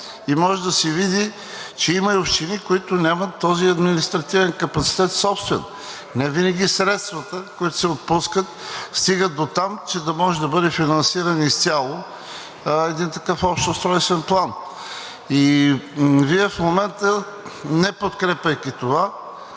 и може да се види, че има и общини, които нямат собствен административен капацитет. Невинаги средствата, които се отпускат, стигат дотам, че да може да бъде финансиран изцяло един такъв общ устройствен план. Вие в момента, не подкрепяйки това,